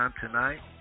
tonight